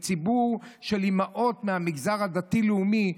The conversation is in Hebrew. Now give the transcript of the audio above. מציבור של אימהות מהמגזר הדתי-לאומי,